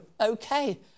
okay